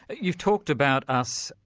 you've talked about us,